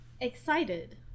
excited